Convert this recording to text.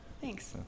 Thanks